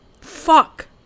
Fuck